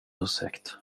ursäkt